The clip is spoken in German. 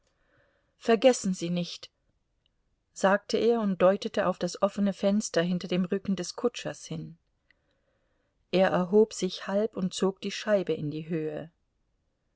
vergessen sie nicht sagte er und deutete auf das offene fenster hinter dem rücken des kutschers hin er erhob sich halb und zog die scheibe in die höhe